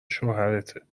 شوهرته